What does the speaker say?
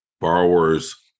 borrowers